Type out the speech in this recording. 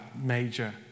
major